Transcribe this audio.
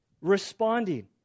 responding